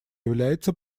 является